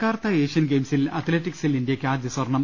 Jakarta Asian ഗെയിംസിൽ അത്ലറ്റിക്സിൽ ഇന്ത്യക്ക് ആദ്യസ്വർണം